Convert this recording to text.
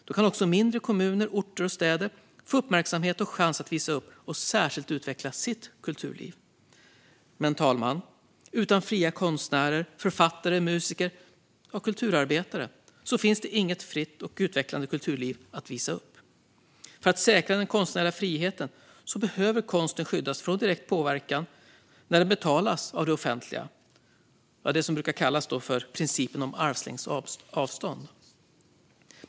Då kan också mindre kommuner, orter och städer få uppmärksamhet och chans att visa upp och särskilt utveckla sitt kulturliv. Men, fru talman, utan fria konstnärer, författare, musiker och kulturarbetare finns det inget fritt och utvecklande kulturliv att visa upp. För att säkra den konstnärliga friheten behöver konsten skyddas från direkt påverkan när den betalas av det offentliga, alltså det som brukar kallas principen om armlängds avstånd.